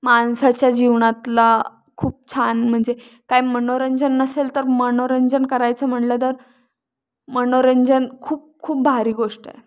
माणसाच्या जीवनातला खूप छान म्हणजे काय मनोरंजन नसेल तर मनोरंजन करायचं म्हणलं तर मनोरंजन खूप खूप भारी गोष्ट आहे